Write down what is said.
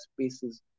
spaces